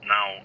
Now